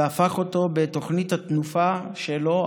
והפך אותו בתוכנית תנופה שלו,